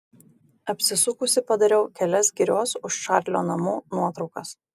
apsisukusi padariau kelias girios už čarlio namų nuotraukas